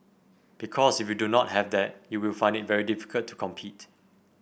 because if you do not have that you will find it very difficult to compete